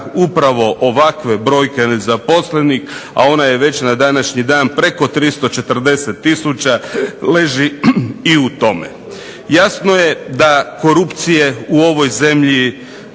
upravo ovakve brojke nezaposlenih, a ona je već na današnji dan preko 340 tisuća leži i u tome. Jasno je da korupcije u ovoj zemlji